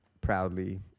proudly